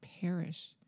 perish